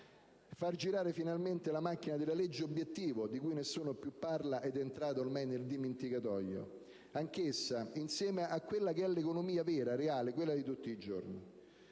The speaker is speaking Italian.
far girare finalmente la macchina della «legge obiettivo», di cui nessuno più parla e che è entrata ormai nel dimenticatoio, anch'essa, insieme all'economia reale, vera, di tutti i giorni.